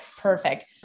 perfect